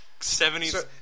70s